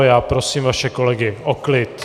Já prosím vaše kolegy o klid.